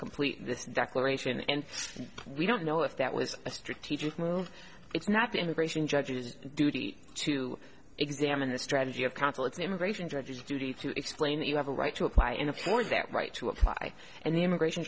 complete this declaration and we don't know if that was a strategic move it's not the immigration judges duty to examine the strategy of counsel it's an immigration judge a duty to explain that you have a right to apply in a for that right to apply and the immigration